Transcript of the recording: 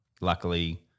Luckily